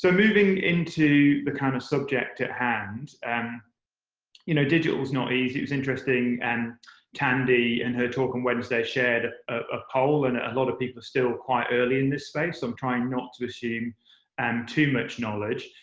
so moving into the kind of subject at hand and you know, digital's not easy. it was interesting and tandi, in and her talk on wednesday, shared a poll. and a lot of people are still quite early in this space. i'm trying not to assume and too much knowledge.